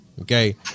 Okay